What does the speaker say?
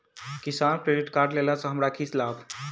किसान credit card लेला सऽ हमरा की लाभ?